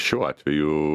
šiuo atveju